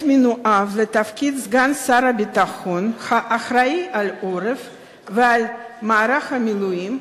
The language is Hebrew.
עת מינויו לתפקיד סגן שר הביטחון האחראי לעורף ולמערך המילואים,